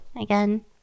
again